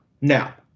Now